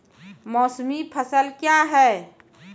मौसमी फसल क्या हैं?